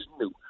new